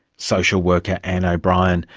social worker anne o'brien,